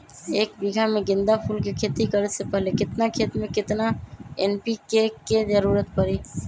एक बीघा में गेंदा फूल के खेती करे से पहले केतना खेत में केतना एन.पी.के के जरूरत परी?